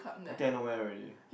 I think I know where already